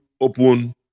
open